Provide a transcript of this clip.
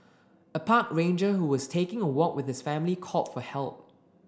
a park ranger who was taking a walk with his family called for help